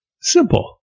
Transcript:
simple